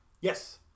Yes